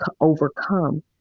overcome